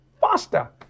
faster